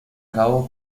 cabo